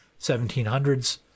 1700s